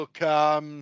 look